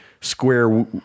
square